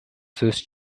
сөз